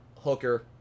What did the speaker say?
Hooker